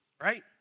right